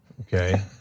okay